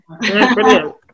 brilliant